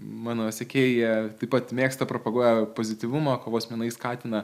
mano sekėja taip pat mėgsta propaguoja pozityvumą kovos menai skatina